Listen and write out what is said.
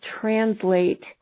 translate